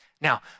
Now